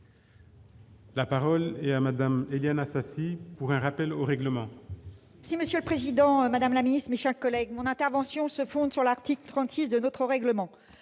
La parole est à Mme Éliane Assassi, pour un rappel au règlement. Monsieur le président, madame la ministre, mes chers collègues, mon intervention se fonde sur l'article 36 de notre règlement.